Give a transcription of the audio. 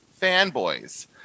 Fanboys –